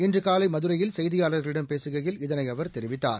இன்றுகாலைமதுரையில் செய்தியாளர்களிடம் பேசுகையில் இதனைஅவர் தெரிவித்தார்